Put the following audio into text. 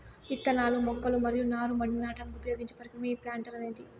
ఇత్తనాలు, మొక్కలు మరియు నారు మడిని నాటడానికి ఉపయోగించే పరికరమే ఈ ప్లాంటర్ అనేది